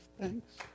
thanks